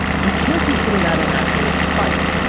you can't consider that an actual spike.